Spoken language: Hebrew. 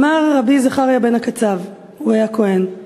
"אמר רבי זכריה בן הקצב" הוא היה כוהן,